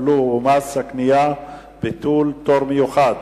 הבלו ומס הקנייה (ביטול פטור מיוחד)